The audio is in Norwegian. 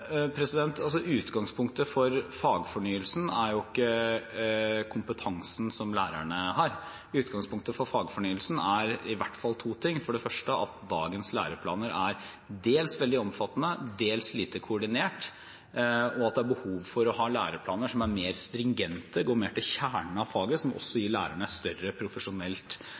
ikke kompetansen som lærerne har. Utgangspunktet for fagfornyelsen er i hvert fall to ting. Det er for det første at dagens læreplaner er dels veldig omfattende, dels lite koordinerte, og at det er behov for å ha læreplaner som er mer stringente, som går mer til kjernen av faget, og som også gir lærerne større profesjonelt